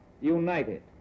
united